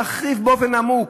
תרחיב באופן עמוק.